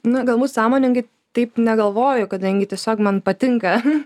nu galbūt sąmoningai taip negalvoju kadangi tiesiog man patinka